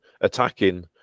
attacking